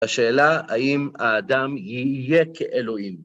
השאלה, האם האדם יהיה כאלוהים?